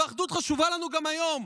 והאחדות חשובה לנו גם היום.